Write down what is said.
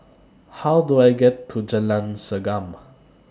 How Do I get to Jalan Segam